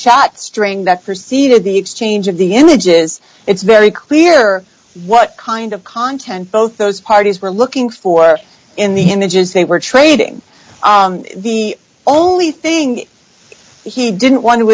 shot string that proceeded the exchange of the images it's very clear what kind of content both those parties were looking for in the images they were trading the only thing he didn't want to